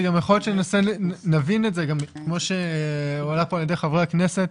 וגם יכול להיות שאם נבין את זה כמו שהועלה פה על ידי חברי הכנסת,